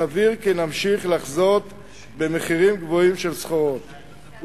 סביר כי נמשיך לחזות במחירים גבוהים של סחורות,